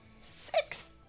six